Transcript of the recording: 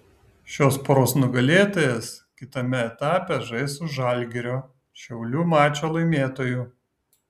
šios poros nugalėtojas kitame etape žais su žalgirio šiaulių mačo laimėtoju